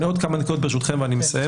אני עוד כמה דקות ברשותכם, אני מסיים.